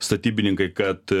statybininkai kad